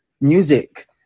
music